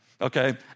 okay